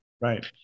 Right